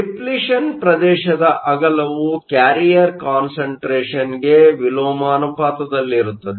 depletion ಪ್ರದೇಶದ ಅಗಲವು carrier concentration ವಿಲೋಮಾನುಪಾತದಲ್ಲಿರುತ್ತದೆ